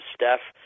Steph